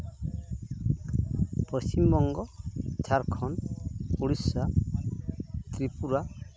Paschim Banga Jharkhand Orissa Tripura